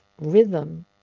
rhythm